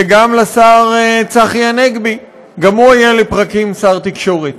וגם לשר צחי הנגבי, גם הוא היה לפרקים שר התקשורת.